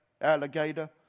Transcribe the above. alligator